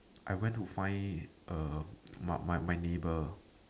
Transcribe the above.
I went to find a my my my neighbor